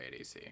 ADC